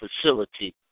facility